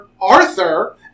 Arthur